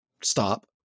stop